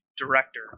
director